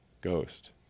ghost